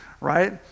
right